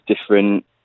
different